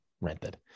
rented